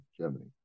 Germany